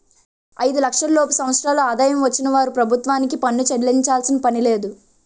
ఐదు లక్షల లోపు సంవత్సరాల ఆదాయం వచ్చిన వారు ప్రభుత్వానికి పన్ను చెల్లించాల్సిన పనిలేదు